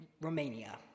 Romania